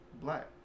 black